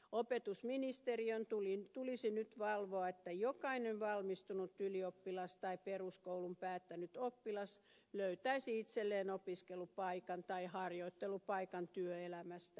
opetusministeriön tulisi nyt valvoa että jokainen valmistunut ylioppilas tai peruskoulun päättänyt oppilas löytäisi itselleen opiskelupaikan tai harjoittelupaikan työelämästä